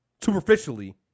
superficially